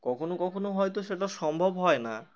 কখনও কখনও হয়তো সেটা সম্ভব হয় না